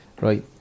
right